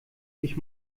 ich